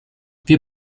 wir